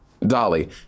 Dolly